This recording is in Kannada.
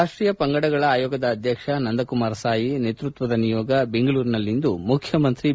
ರಾಷ್ವೀಯ ಪಂಗಡಗಳ ಆಯೋಗದ ಅಧ್ಯಕ್ಷ ನಂದಕುಮಾರ್ ಸಾಯಿ ನೇತೃತ್ವದ ನಿಯೋಗ ಬೆಂಗಳೂರಿನಲ್ಲಿಂದು ಮುಖ್ಚಮಂತ್ರಿ ಬಿ